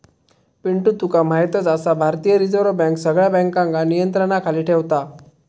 पिंटू तुका म्हायतच आसा, भारतीय रिझर्व बँक सगळ्या बँकांका नियंत्रणाखाली ठेवता